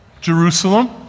Jerusalem